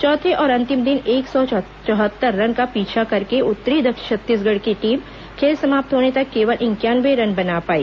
चौथे और अंतिम दिन एक सौ चौहत्तर रन का पीछा करने उतरी छत्तीसगढ़ की टीम खेल समाप्त होने तक केवल इंक्यानवे रन बना पाई